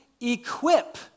equip